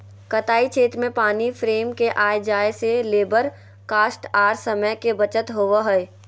कताई क्षेत्र में पानी फ्रेम के आय जाय से लेबर कॉस्ट आर समय के बचत होबय हय